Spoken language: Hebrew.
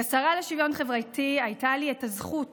כשרה לשוויון חברתי הייתה לי הזכות